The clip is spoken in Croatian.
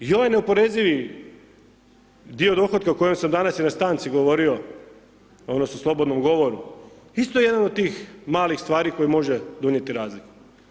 I ovaj neoporezivi dio dohotka o kojem sam danas i na stanci govorio odnosno u slobodnom govoru isto je jedan od tih malih stvari koji može donijeti razliku.